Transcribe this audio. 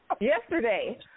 Yesterday